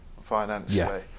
financially